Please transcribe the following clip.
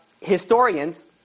historians